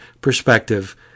perspective